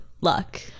luck